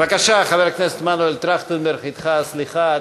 בבקשה, חבר הכנסת מנואל טרכטנברג, אתך הסליחה.